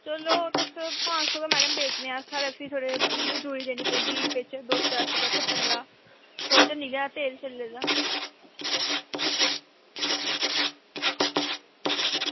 चलो मैडम अस पंज सौ रपेआ गै बेचने आं ते बिच असेंगी मजदूरी देनाी पौंदी बिच कट्टने दा सौ गै निकले एह्दे चा